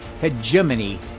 hegemony